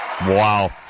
wow